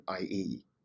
IE